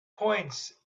points